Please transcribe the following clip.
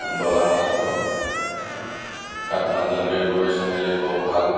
বগা মাছতকৈ কাঠমাছ যেনেকৈ গৰৈ চেঙেলী শ'ল শাল